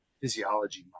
physiology